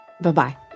Bye-bye